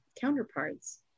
counterparts